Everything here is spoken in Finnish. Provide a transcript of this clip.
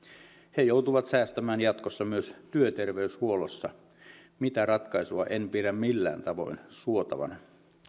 he joutuvat säästämään jatkossa myös työterveyshuollossa mitä ratkaisua en pidä millään tavoin suotavana